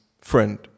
friend